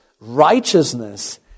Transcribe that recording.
righteousness